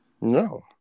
No